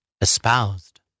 espoused